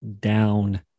down